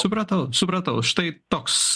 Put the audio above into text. supratau supratau štai toks